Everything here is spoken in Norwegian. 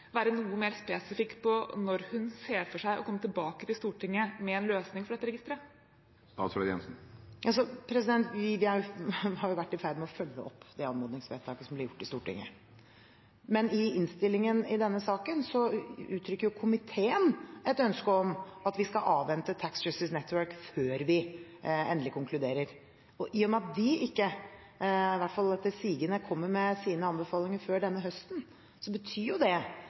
være noe mer spesifikk på når hun ser for seg å komme tilbake til Stortinget med en løsning for dette registeret? Jeg har vært i ferd med å følge opp det anmodningsvedtaket som ble gjort i Stortinget, men i innstillingen i denne saken uttrykker jo komiteen et ønske om at vi skal avvente Tax Justice Network før vi endelig konkluderer. I og med at de ikke – i hvert fall etter sigende – kommer med sine anbefalinger før denne høsten, kan jo det